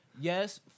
yes